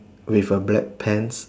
with a black pants